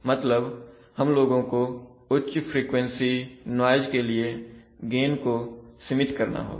मतलब हम लोगों को उच्च फ्रीक्वेंसी नाइज के लिए गेन को सीमित करना होगा